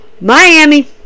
Miami